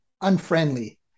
unfriendly